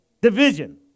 Division